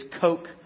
Coke